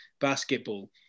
basketball